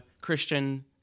Christian